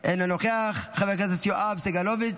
אינו נוכח, חבר הכנסת יואב סגלוביץ'